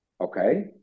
okay